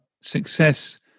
success